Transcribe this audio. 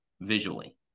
visually